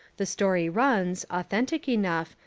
the story runs, authentic enough,